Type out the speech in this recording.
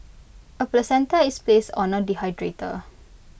A placenta is placed on A dehydrator